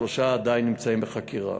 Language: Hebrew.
שלושה עדיין נמצאים בחקירה.